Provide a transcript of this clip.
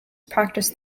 practice